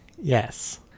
Yes